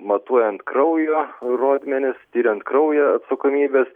matuojant kraujo rodmenis tiriant kraują atsakomybės